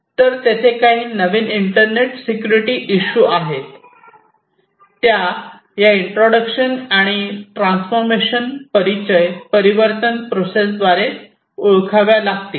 तर तेथे काही नवीन इंटरनेट सिक्युरिटी इशू आहेत त्या या इंट्रोडक्शन आणि ट्रान्सफॉर्मेशन परिचय परिवर्तन प्रोसेस द्वारे ओळखाव्या लागतील